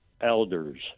elders